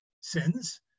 sins